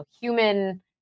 human